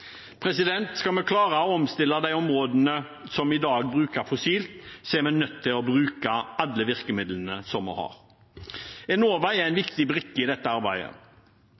Skal vi klare å omstille de områdene som i dag bruker fossil, er vi nødt til å bruke alle virkemidlene vi har. Enova er en viktig brikke i dette arbeidet.